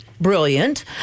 brilliant